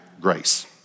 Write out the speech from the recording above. grace